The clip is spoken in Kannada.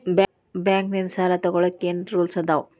ಬ್ಯಾಂಕ್ ನಿಂದ್ ಸಾಲ ತೊಗೋಳಕ್ಕೆ ಏನ್ ರೂಲ್ಸ್ ಅದಾವ?